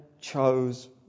chose